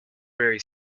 very